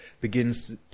begins